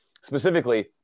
specifically